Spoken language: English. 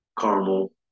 caramel